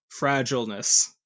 fragileness